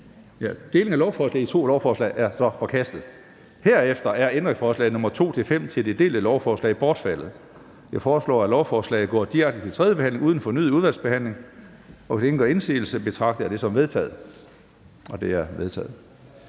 Delingen af lovforslaget i to er forkastet. Herefter er ændringsforslag nr. 2-5 til det delte lovforslag bortfaldet. Jeg foreslår, at lovforslaget går direkte til tredje behandling uden fornyet udvalgsbehandling. Hvis ingen gør indsigelse, betragter jeg det som vedtaget. Det er vedtaget.